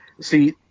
See